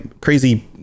crazy